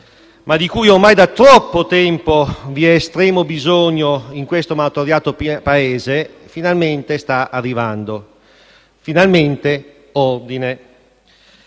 ma di cui ormai da troppo tempo vi è estremo bisogno in questo martoriato Paese, finalmente sta arrivando. Finalmente ordine.